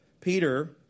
Peter